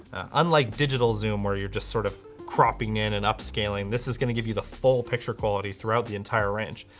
unlike digital zoom where you're just sort of cropping in and up scaling, this is going to give you the full picture quality throughout the entire range.